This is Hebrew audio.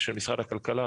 של משרד הכלכלה,